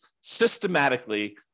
systematically